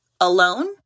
alone